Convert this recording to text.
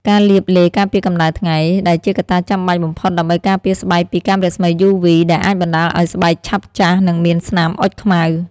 ការលាបឡេការពារកម្ដៅថ្ងៃ ដែលជាកត្តាចាំបាច់បំផុតដើម្បីការពារស្បែកពីកាំរស្មីយូវី ដែលអាចបណ្តាលឱ្យស្បែកឆាប់ចាស់ និងមានស្នាមអុចខ្មៅ ។